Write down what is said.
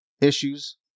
issues